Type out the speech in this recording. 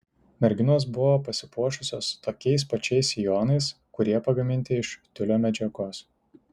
merginos buvo pasipuošusios tokiais pačiais sijonais kurie pagaminti iš tiulio medžiagos